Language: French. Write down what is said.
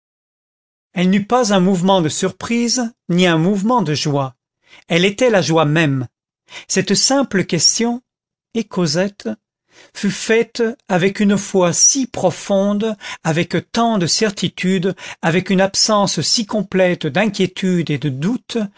elle n'eut pas un mouvement de surprise ni un mouvement de joie elle était la joie même cette simple question et cosette fut faite avec une foi si profonde avec tant de certitude avec une absence si complète d'inquiétude et de doute